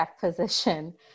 position